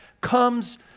comes